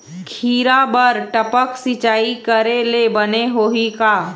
खिरा बर टपक सिचाई करे ले बने होही का?